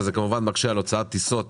וזה כמובן מקשה על הוצאת טיסות